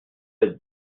êtes